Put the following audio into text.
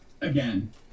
Again